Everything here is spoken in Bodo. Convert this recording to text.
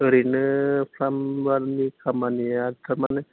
ओरैनो प्लामबारनि खामानिया थारमाने